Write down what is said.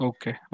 Okay